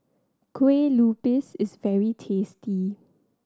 kue lupis is very tasty